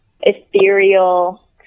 ethereal